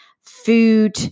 food